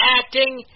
acting